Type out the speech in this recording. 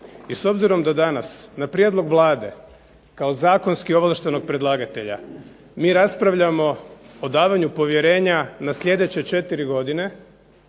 I s obzirom da danas na prijedlog Vlade kao zakonski ovlaštenog predlagatelja mi raspravljamo o davanju povjerenja na slijedeće 4 godine,